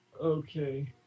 Okay